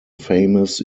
famous